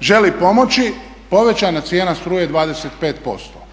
želi pomoći, povećana cijena struke 25%